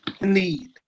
need